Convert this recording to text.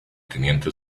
teniente